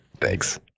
Thanks